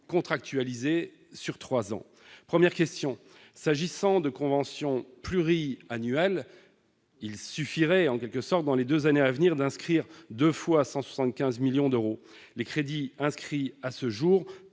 contractualisés sur trois ans. Première question : s'agissant de conventions pluriannuelles, il suffirait, dans les deux années à venir, de prévoir deux fois 175 millions d'euros. Les crédits inscrits à ce jour